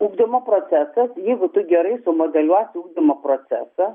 ugdymo procesas jeigu tu gerai sumodeliuosi ugdymo procesą